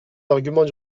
arguments